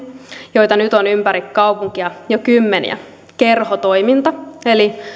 joita nyt on ympäri kaupunkia jo kymmeniä kerhotoiminta eli